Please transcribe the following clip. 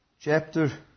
chapter